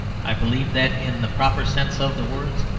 i believe that, in the proper sense of the words,